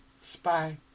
Spy